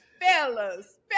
fellas